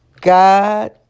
God